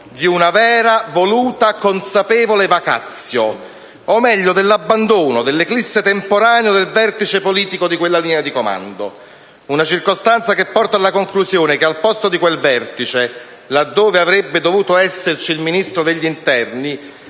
di una vera, voluta, consapevole *vacatio.* O meglio, dell'abbandono, dell'eclisse temporaneo del vertice politico di quella linea di comando: una circostanza che porta alla conclusione che al posto di quel vertice, laddove avrebbe dovuto esserci il Ministro dell'interno,